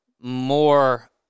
more